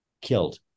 killed